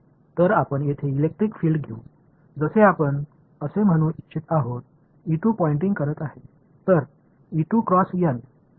तर आपण येथे इलेक्ट्रिक फील्ड घेऊ जसे आपण असे म्हणू इच्छित आहोत पॉइंटिंग करत आहे